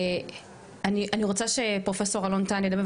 אני רוצה שפרופסור אלון טל ידבר,